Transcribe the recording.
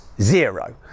Zero